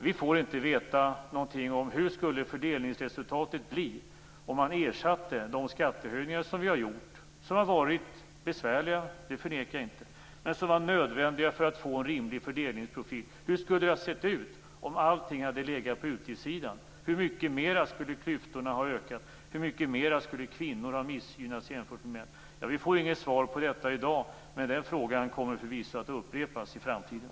Vi får inte veta någonting om hur fördelningsresultatet skulle bli om man ersatte de skattehöjningar som vi har gjort. De har varit besvärliga, det förnekar jag inte, men de var nödvändiga för att få en rimlig fördelningsprofil. Hur skulle det ha sett ut om allting hade legat på utgiftssidan? Hur mycket mer skulle klyftorna ha ökat? Hur mycket mer skulle kvinnor ha missgynnats jämfört med män? Vi får inget svar på detta i dag, men frågan kommer förvisso att upprepas i framtiden.